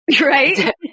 Right